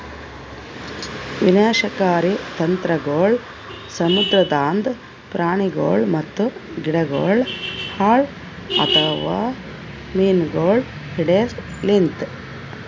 ವಿನಾಶಕಾರಿ ತಂತ್ರಗೊಳ್ ಸಮುದ್ರದಾಂದ್ ಪ್ರಾಣಿಗೊಳ್ ಮತ್ತ ಗಿಡಗೊಳ್ ಹಾಳ್ ಆತವ್ ಮೀನುಗೊಳ್ ಹಿಡೆದ್ ಲಿಂತ್